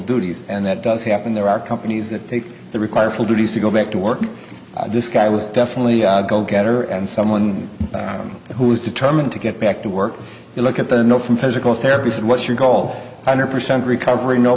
duties and that does happen there are companies that take the require full duties to go back to work this guy was definitely a go getter and someone who's determined to get back to work if you look at the no from physical therapist what's your goal hundred percent recovery no